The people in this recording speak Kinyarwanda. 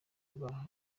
bwa